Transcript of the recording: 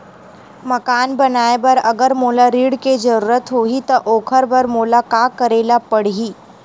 मकान बनाये बर अगर मोला ऋण के जरूरत होही त ओखर बर मोला का करे ल पड़हि?